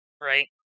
right